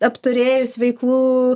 apturėjus veiklų